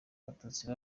abatutsi